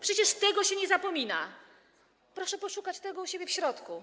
Przecież tego się nie zapomina, proszę poszukać tego u siebie w środku.